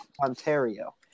Ontario